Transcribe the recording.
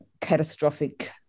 catastrophic